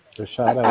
rashad,